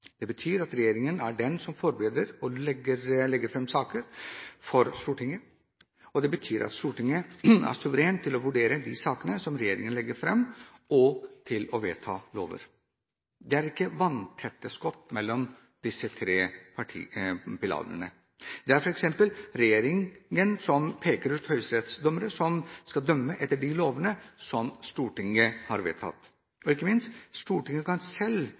Det betyr at regjeringen er den som forbereder og legger fram saker for Stortinget. Og det betyr at Stortinget er suveren til å vurdere de sakene som regjeringen legger fram, og til å vedta lover. Det er ikke vanntette skott mellom disse tre pilarene. Det er f.eks. regjeringen som peker ut høyesterettsdommere, som skal dømme etter de lovene som Stortinget har vedtatt. Og ikke minst: Stortinget kan selv